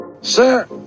Sir